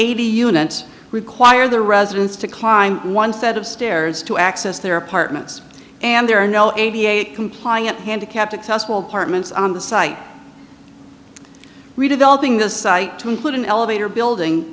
eighty units require the residents to climb one set of stairs to access their apartments and there are no eighty eight compliant handicapped accessible partment on the site redeveloping the site to include an elevator building